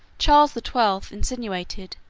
charles the twelfth insinuated,